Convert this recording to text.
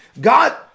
God